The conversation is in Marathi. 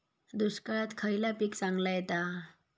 दुष्काळात खयला पीक चांगला येता?